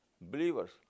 believers